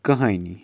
کہانی